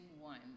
one